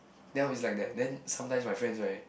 then always like that then sometimes my friends right